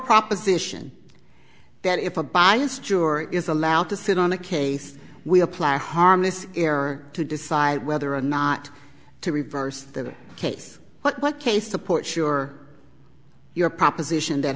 proposition that if a bias juror is allowed to sit on the case we apply a harmless error to decide whether or not to reverse the case what case support sure your proposition that